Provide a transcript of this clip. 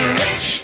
rich